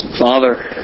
Father